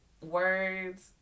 words